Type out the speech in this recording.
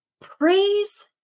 Praise